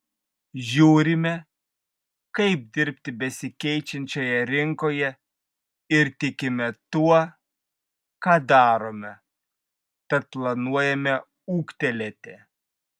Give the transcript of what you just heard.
žiūrime kaip dirbti besikeičiančioje rinkoje ir tikime tuo ką darome tad planuojame ūgtelėti